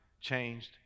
changed